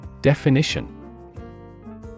Definition